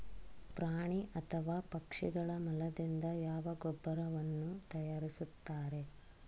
ಪ್ರಾಣಿ ಅಥವಾ ಪಕ್ಷಿಗಳ ಮಲದಿಂದ ಯಾವ ಗೊಬ್ಬರವನ್ನು ತಯಾರಿಸುತ್ತಾರೆ?